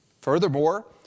Furthermore